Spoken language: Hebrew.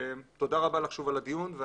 תודה רבה לך שוב על הדיון.